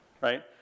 right